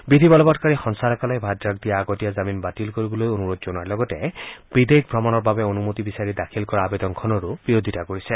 বিধি বলবৎকাৰী সঞ্চালকালয়ে ভাদ্ৰাক দিয়া আগতীয়া জামিন বাতিল কৰিবলৈ আৰু বিদেশ ভ্ৰমণৰ বাবে অনুমতি বিচাৰি দাখিল কৰা আবেদনখনৰো বিৰোধিতা কৰিছে